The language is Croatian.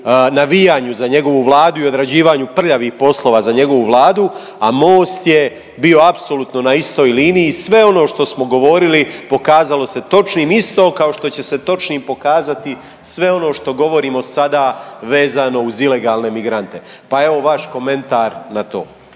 navijanju za njegovu vladu i odrađivanju prljavih poslova za njegovu vladu, a Most je bio apsolutno na istoj liniji, sve ono što smo govorili pokazalo se točnim, isto kao što će se točnim pokazati sve ono što govorimo sada vezano uz ilegalne migrante. Pa evo, vaš komentar na to.